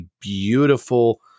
beautiful